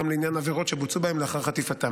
גם לעניין עבירות שבוצעו בהם לאחר חטיפתם.